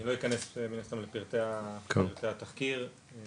אני לא אכנס מן הסתם לפרטי התחקיר ולאירוע.